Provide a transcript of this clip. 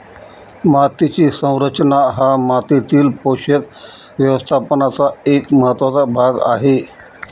मातीची संरचना हा मातीतील पोषक व्यवस्थापनाचा एक महत्त्वाचा भाग आहे